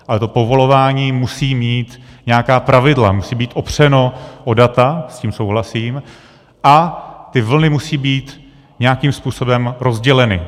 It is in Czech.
Ale to povolování musí mít nějaká pravidla, musí být opřeno o data, s tím souhlasím, a ty vlny musí být nějakým způsobem rozděleny.